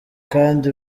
kandi